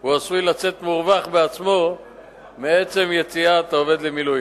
הוא עשוי לצאת מורווח בעצמו מעצם יציאת העובד למילואים.